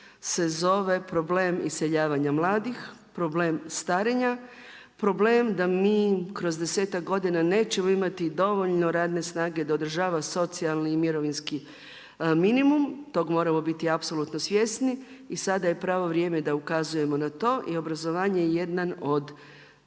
se zove problem iseljavanja mladih, problem starenja, problem da kroz desetak godina nećemo imati dovoljno radne snage da održava socijalni i mirovinski minimum. Tog moramo biti apsolutno svjesni. I sada je pravo vrijeme da ukazujemo na to i obrazovanje je jedan od